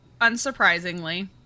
unsurprisingly